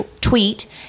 tweet